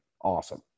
awesome